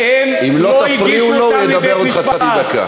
אם לא תפריעו לו הוא ידבר עוד חצי דקה.